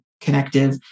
connective